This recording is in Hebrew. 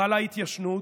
חלה התיישנות,